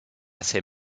ces